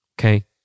Okay